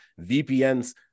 VPNs